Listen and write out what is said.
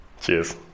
Cheers